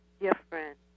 different